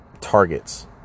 targets